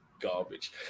garbage